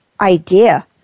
idea